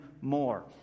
more